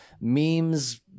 memes